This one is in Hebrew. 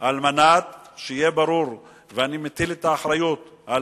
על מנת שיהיה ברור, ואני מטיל את האחריות על